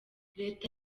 leta